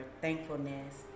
thankfulness